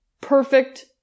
Perfect